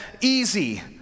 easy